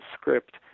script